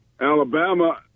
Alabama